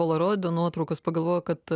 poliaroido nuotraukos pagalvojau kad